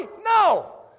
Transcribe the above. No